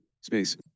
space